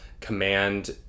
command